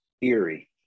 eerie